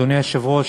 אדוני היושב-ראש,